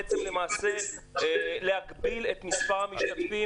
חברת הכנסת